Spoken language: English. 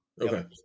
Okay